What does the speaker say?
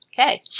Okay